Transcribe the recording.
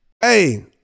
Hey